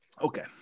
okay